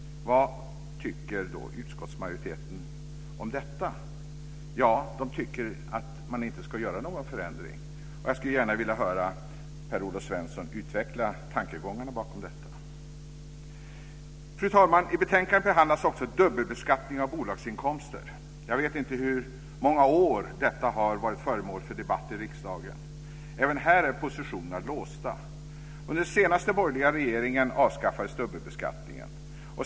Vad tycker då utskottsmajoriteten om detta? Jo, den tycker att man inte ska göra någon förändring. Jag skulle gärna vilja höra Per-Olof Svensson utveckla tankegångarna bakom detta. Fru talman! I betänkandet behandlas också dubbelbeskattningen av bolagsinkomster. Jag vet inte hur många år detta har varit föremål för debatt i riksdagen. Även här är positionerna låsta. Under den senaste borgerliga regeringen avskaffades dubbelbeskattningen.